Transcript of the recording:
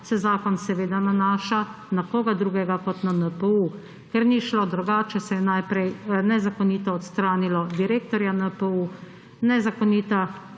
se zakon nanaša − na koga drugega kot na NPU. Ker ni šlo drugače, se je najprej nezakonito odstranilo direktorja NPU. Nezakonita